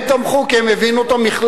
הם תמכו, כי הם הבינו את המכלול.